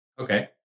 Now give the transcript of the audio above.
Okay